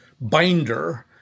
binder